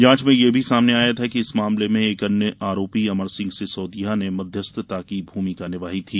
जांच में यह भी सामने आया था कि इस मामले में एक अन्य आरोपी अमर सिंह सिसोदिया ने मध्यस्थता की भूमिका निभाई थी